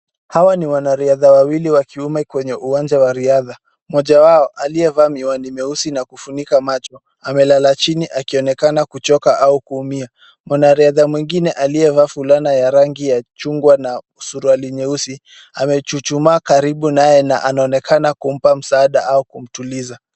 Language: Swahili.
Hawa ni wanariadha wawili wakiume kwenye uwanja wa riadha .Mmoja wao aliyevaa miwani meusi na kufunika macho amelala chini akionekana kuchoka au kuumia .Mwanariadha mwingine aliyevaa fulana ya rangi ya chungwa na suruali nyeusi amechuchumaa karibu naye na anaonekana kumpa msaada au kumtuliza.